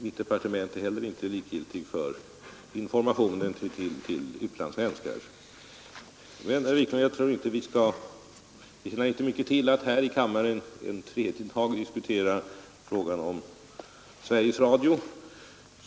Mitt departement är inte heller likgiltigt för informationen till utlandssvenskar. Men jag tror, herr Wiklund, att det inte tjänar mycket till att här i kammaren en tredje dag diskutera frågan om Sveriges Radio.